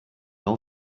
all